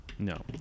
No